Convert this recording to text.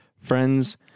friends